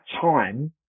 time